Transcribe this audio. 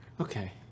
Okay